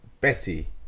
Betty